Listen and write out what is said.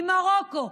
עם מרוקו,